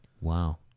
Wow